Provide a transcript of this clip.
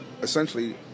essentially